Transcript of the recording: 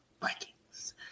Vikings